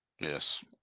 Yes